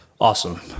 Awesome